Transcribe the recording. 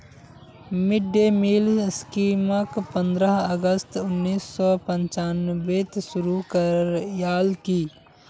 mid day meal स्कीमक पंद्रह अगस्त उन्नीस सौ पंचानबेत शुरू करयाल की